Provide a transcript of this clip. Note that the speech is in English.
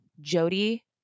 jody